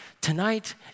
tonight